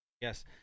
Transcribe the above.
Yes